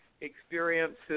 experiences